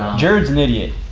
jarrod's an idiot.